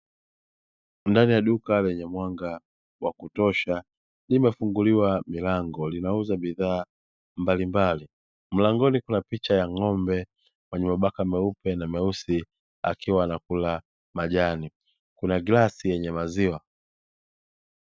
Ndani ya duka lenye mwanga wa kutosha limefunguliwa mlango, linauza bidhaa mbalimbali. Mlangoni kuna picha ya ng'ombe mwenye mabaka meupe na meusi akiwa anakula majani, kuna glasi ya maziwa.